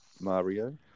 Mario